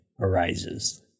arises